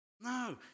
No